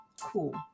Cool